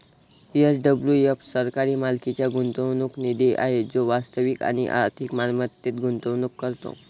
SWF सरकारी मालकीचा गुंतवणूक निधी आहे जो वास्तविक आणि आर्थिक मालमत्तेत गुंतवणूक करतो